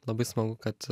labai smagu kad